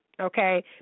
okay